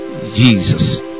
jesus